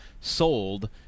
sold